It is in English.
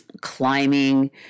climbing